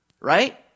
Right